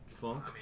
funk